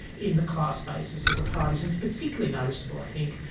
in the class basis of the parties. and it's particularly noticeable, i think,